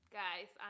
guys